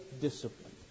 discipline